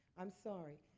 i'm sorry,